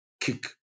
kick